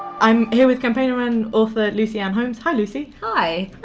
i'm here with campaigner and author lucy-anne holmes, hi lucy. hi.